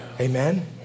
Amen